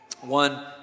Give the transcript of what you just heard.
One